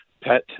pet